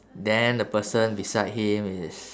then the person beside him is